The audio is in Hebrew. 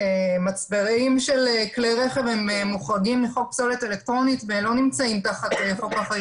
מצברים של כלי רכב מוחרגים מחוק פסולת אלקטרונית ולא נמצאים תחת החוק.